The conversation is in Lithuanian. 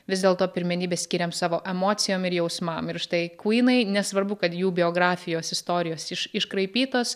vis dėlto pirmenybę skiriam savo emocijom ir jausmam ir štai kuynai nesvarbu kad jų biografijos istorijos iš iškraipytos